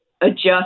adjust